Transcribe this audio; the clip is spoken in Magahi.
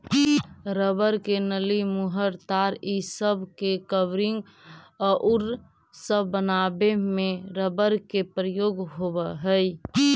रबर के नली, मुहर, तार इ सब के कवरिंग औउर सब बनावे में रबर के प्रयोग होवऽ हई